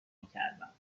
میکردم